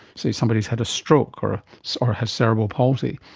say, somebody has had a stroke or or has cerebral palsy.